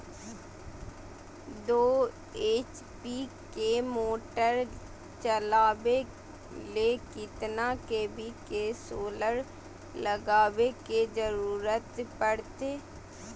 दो एच.पी के मोटर चलावे ले कितना के.वी के सोलर लगावे के जरूरत पड़ते?